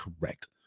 correct